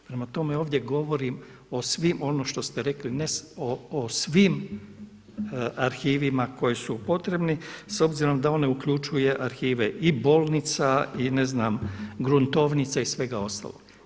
Prema tome, ovdje govorim o svim ono što ste rekli o svim arhivima koji su potrebni, s obzirom da ono uključuje i arhive i bolnica i ne znam gruntovnica i svega ostalog.